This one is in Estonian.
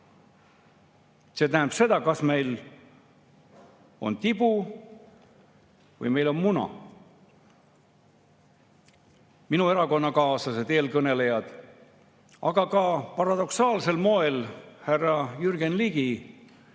See tähendab seda, kas meil on tibu või meil on muna. Minu erakonnakaaslased, eelkõnelejad, aga paradoksaalsel moel ka härra Jürgen Ligi